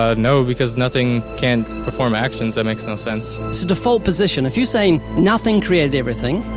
ah no, because nothing can't perform actions. that makes no sense. it's a default position. if you're saying nothing created everything,